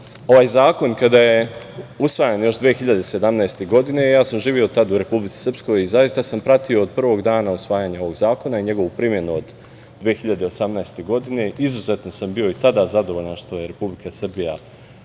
ovaj zakon usvajan još 2017. godine, ja sam živeo tada u Republici Srpskoj i zaista sam pratio od prvog dana usvajanje ovog zakona i njegovu primenu od 2018. godine. Izuzetno sam bio i tada zadovoljan što je Republika Srbija